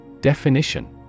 Definition